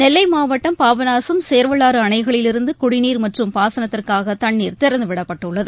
நெல்லை மாவட்டம் பாபநாசம் சேர்வலாறு அணைகளிலிருந்து குடிநீர் மற்றும் பாசனத்திற்காக தண்ணீர் திறந்துவிடப்பட்டுள்ளது